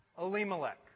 Elimelech